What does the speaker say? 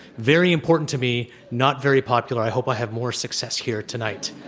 very important to me, not very popular. i hope i have more success here tonight.